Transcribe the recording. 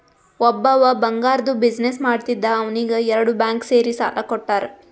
ಒಬ್ಬವ್ ಬಂಗಾರ್ದು ಬಿಸಿನ್ನೆಸ್ ಮಾಡ್ತಿದ್ದ ಅವ್ನಿಗ ಎರಡು ಬ್ಯಾಂಕ್ ಸೇರಿ ಸಾಲಾ ಕೊಟ್ಟಾರ್